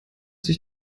sich